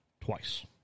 twice